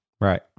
Right